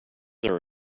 are